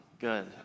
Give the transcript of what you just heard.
good